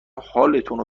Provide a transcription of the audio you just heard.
حالتونو